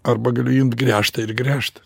arba galiu imt gręžtą ir gręžt